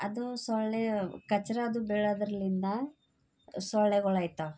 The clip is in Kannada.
ಅದು ಸೊಳ್ಳೆ ಕಚ್ಡಾದು ಬೀಳೋದ್ರಲ್ಲಿಂದ ಸೊಳ್ಳೆಗಳು ಆಗ್ತವ್